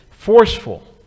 Forceful